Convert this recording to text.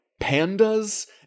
pandas